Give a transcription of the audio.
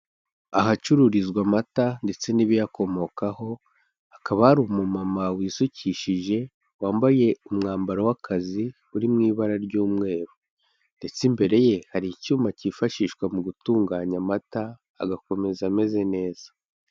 Ahacururizwa amata ndetse n'ibiyakomokaho, hakaba hari umumama wisukishije wambaye umwambaro w'akazi uri mu ibara ry'umweru ndetse imbere ye hari icyuma cyifashishwa mu gutunganya amata agakomeza ameze neza.